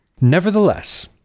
Nevertheless